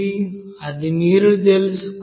అది మీరు తెలుసుకోవాలి